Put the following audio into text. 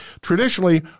Traditionally